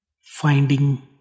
finding